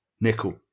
nickel